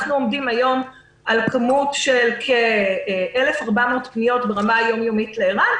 אנחנו עומדים היום על כמות של כ-1,400 פניות ברמה היום-יומית לער"ן,